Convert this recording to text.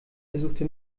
versuchte